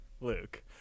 Luke